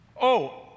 Oh